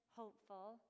hopeful